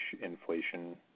inflation